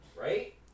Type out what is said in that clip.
right